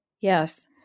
Yes